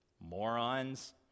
Morons